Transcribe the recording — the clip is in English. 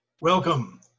Welcome